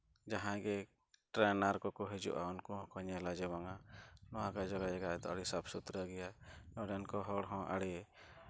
ᱡᱟᱦᱟᱸᱭ ᱜᱮ ᱴᱨᱮᱱᱟᱨ ᱠᱚᱠᱚ ᱦᱤᱡᱩᱜᱼᱟ ᱩᱱᱠᱩ ᱦᱚᱸᱠᱚ ᱧᱮᱞᱟ ᱡᱮ ᱵᱟᱝᱼᱟ ᱱᱚᱣᱟ ᱠᱚ ᱡᱟᱭᱜᱟ ᱡᱟᱭᱜᱟ ᱨᱮᱫᱚ ᱟᱹᱰᱤ ᱥᱟᱯᱷᱼᱥᱩᱛᱨᱟᱹ ᱜᱮᱭᱟ ᱱᱚᱸᱰᱮᱱ ᱠᱚ ᱦᱚᱲ ᱦᱚᱸ ᱟᱹᱰᱤ